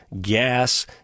gas